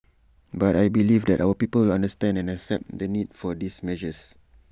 but I believe that our people will understand and accept the need for these measures